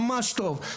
ממש טוב.